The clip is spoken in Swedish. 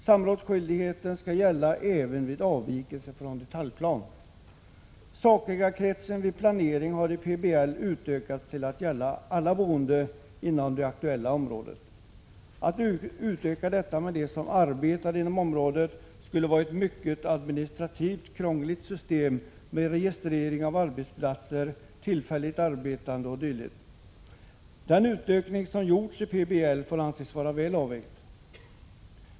Samrådsskyldighet skall gälla även vid avvikelse från detaljplan. Sakägarkretsen vid planering har i PBL utökats till att gälla alla boende inom det aktuella området. Att ytterligare utöka den med dem som arbetar inom området skulle vara ett mycket administrativt krångligt system med registrering av arbetsplatser, tillfälligt arbetande o.d. Den utökning som gjorts i PBL får anses vara väl avvägd.